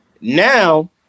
now